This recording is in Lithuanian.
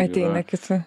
ateina kita